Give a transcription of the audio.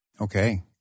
okay